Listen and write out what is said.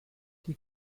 die